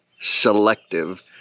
selective